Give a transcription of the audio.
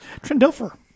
Trendilfer